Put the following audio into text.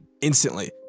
instantly